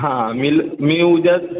हां हां मी मी उद्याच